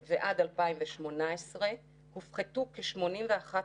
צר לי להגיד לך, אבל אני מאוד מסכימה איתך.